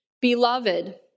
Beloved